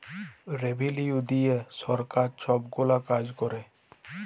revenue দিঁয়ে সরকার ছব গুলা কাজ ক্যরে